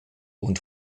und